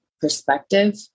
perspective